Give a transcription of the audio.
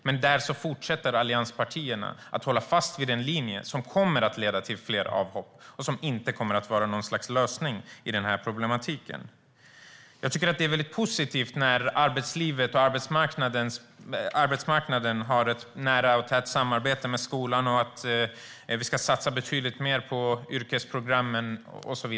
Men allianspartierna fortsätter att hålla fast vid den linje som kommer att leda till fler avhopp och som inte kommer att lösa problemet. Det är positivt när arbetslivet och arbetsmarknaden har ett nära och tätt samarbete med skolan och att det ska satsas betydligt mer på yrkesprogrammen.